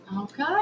Okay